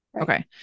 Okay